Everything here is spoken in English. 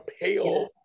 pale